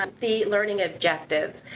um the learning objectives.